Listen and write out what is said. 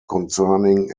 concerning